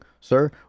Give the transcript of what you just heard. sir